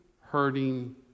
hurting